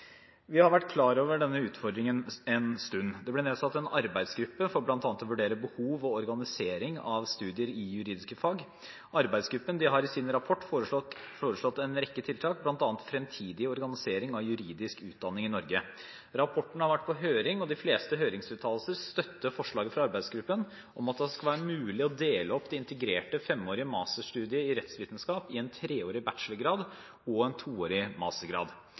Vi har vært klar over denne utfordringen en stund. Det ble nedsatt en arbeidsgruppe for bl.a. å vurdere behov og organisering av studier i juridiske fag. Arbeidsgruppen har i sin rapport foreslått en rekke tiltak, bl.a. fremtidig organisering av juridisk utdanning i Norge. Rapporten har vært på høring, og de fleste høringsuttalelser støtter forslaget fra arbeidsgruppen om at det skal være mulig å dele opp det integrerte femårige masterstudiet i rettsvitenskap i en treårig bachelorgrad og en toårig